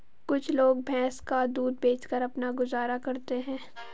कुछ लोग भैंस का दूध बेचकर अपना गुजारा करते हैं